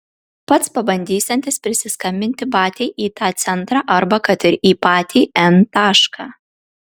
pats pabandysiantis prisiskambinti batiai į tą centrą arba kad ir į patį n tašką